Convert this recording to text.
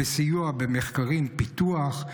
סיוע במחקרי פיתוח,